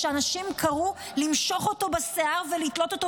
כשאנשים קראו למשוך אותו בשיער ולתלות אותו